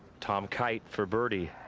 tom kite for birdie.